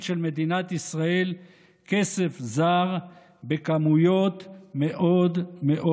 של מדינת ישראל כסף זר בכמויות משמעותיות.